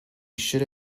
should